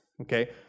okay